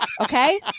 okay